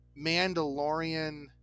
Mandalorian